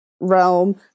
Realm